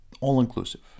all-inclusive